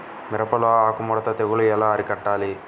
మిరపలో ఆకు ముడత తెగులు ఎలా అరికట్టాలి?